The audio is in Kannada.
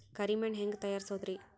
ಕರಿ ಮಣ್ ಹೆಂಗ್ ತಯಾರಸೋದರಿ?